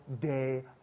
day